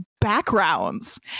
backgrounds